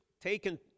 taken